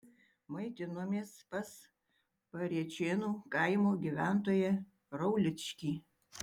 maitinomės pas parėčėnų kaimo gyventoją rauličkį